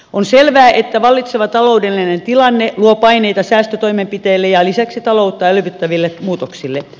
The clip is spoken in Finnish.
on selvää että vallitseva taloudellinen tilanne luo paineita säästötoimenpiteille ja lisäksi taloutta elvyttäville muutoksille